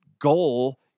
goal